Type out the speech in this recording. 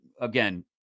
again